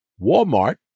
Walmart